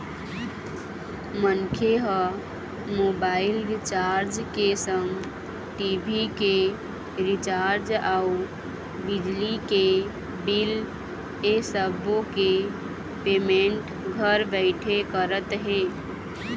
मनखे ह mobile recharge के संग टी.भी के रिचार्ज अउ बिजली के बिल ऐ सब्बो के पेमेंट घर बइठे करत हे